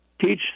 teach